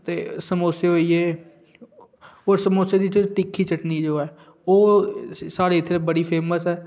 ते समोसे होई गे उस समोसे दी इत्थै तिक्खी चटनी जो ऐ ओह् साढ़े इत्थै बड़ी फेमस ऐ